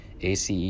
ACE